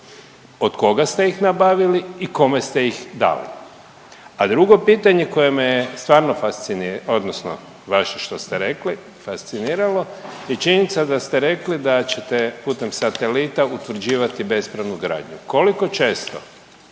od koga ste ih nabavili i kome ste ih dali? A drugo pitanje koje me je stvarno fascini…, odnosno vaše što ste rekli, fasciniralo je činjenica da ste rekli da ćete putem satelita utvrđivati bespravnu gradnju. Koliko često